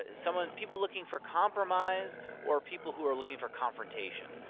ah someone people looking for compromise or people who are looking for confrontation,